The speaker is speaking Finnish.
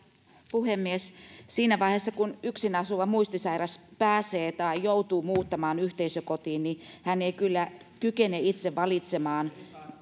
puhemies siinä vaiheessa kun yksin asuva muistisairas pääsee tai joutuu muuttamaan yhteisökotiin hän ei kyllä kykene itse valitsemaan